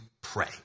pray